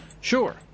Sure